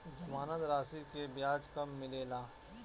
जमानद राशी के ब्याज कब मिले ला?